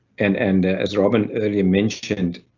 and and as robin earlier mentioned,